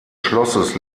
schlosses